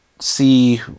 see